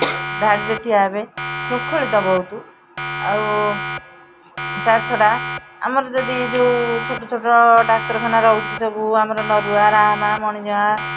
ଧାଡ଼ିରେ ଠିଆ ହେବେ ଶୃଙ୍ଖଳିତ ବହୁତ ଆଉ ତା' ଛଡ଼ା ଆମର ଯଦି ଯେଉଁ ଛୋଟ ଛୋଟ ଡାକ୍ତରଖାନା ରହୁଛି ସବୁ ଆମର ନରୁଆ ରାହାମା ମଣିଜଙ୍ଗା